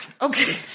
Okay